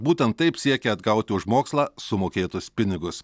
būten taip siekia atgauti už mokslą sumokėtus pinigus